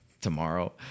tomorrow